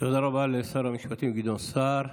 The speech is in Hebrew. תודה רבה לשר המשפטים גדעון סער.